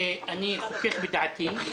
אני חוכך בדעתי,